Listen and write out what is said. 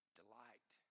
delight